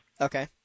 Okay